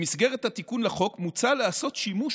במסגרת התיקון לחוק מוצע לעשות שימוש